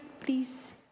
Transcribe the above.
please